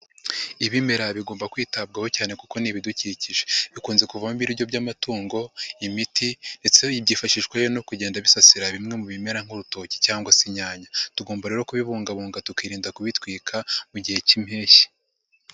Ibimera bigomba kwitabwaho cyane kuko ni ibidukikije, bikunze kuvamo ibiryo by'amatungo, imiti ndetse byifashishwajwe no kugenda bisasira bimwe mu bimera nk'urutoki cyangwa se inyanya, tugomba rero kubibungabunga tukirinda kubitwika mu gihe cy'impeshyi.